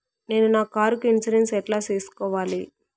నేను నా కారుకు ఇన్సూరెన్సు ఎట్లా సేసుకోవాలి